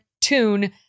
tune